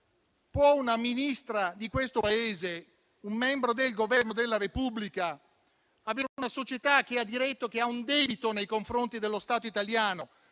può una Ministra di questo Paese, un membro del Governo della Repubblica avere una società che ha un debito nei confronti dello Stato italiano